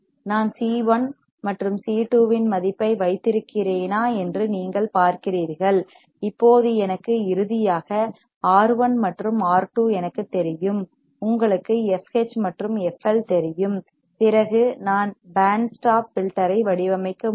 நான் C C1 மற்றும் C C2 இன் மதிப்பை வைத்திருக்கிறேனா என்று நீங்கள் பார்க்கிறீர்கள் இப்போது எனக்கு இறுதியாக ஆர் R1 மற்றும் ஆர் R2 எனக்குத் தெரியும் உங்களுக்கு எஃப்ஹெச் fH மற்றும் எஃப்எல் fL தெரியும் பிறகு நான் பேண்ட் ஸ்டாப் ஃபில்டர் ஐ வடிவமைக்க முடியும்